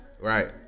right